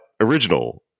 original